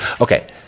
Okay